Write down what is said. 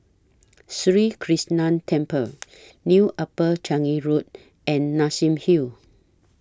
Sri Krishnan Temple New Upper Changi Road and Nassim Hill